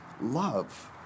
love